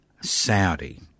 Saudi